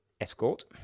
Escort